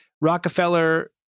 Rockefeller